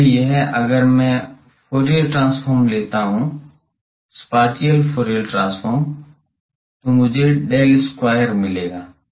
इसलिए यह अगर मैं फूरियर ट्रांसफॉर्म लेता हूं स्पैटियल फूरियर ट्रांसफॉर्म तो मुझे del square मिलेगा